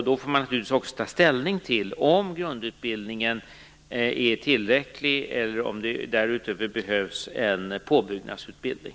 Då får man naturligtvis också ta ställning till om grundutbildningen är tillräcklig eller om det därutöver behövs en påbyggnadsutbildning.